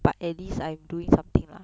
but at least I am doing something lah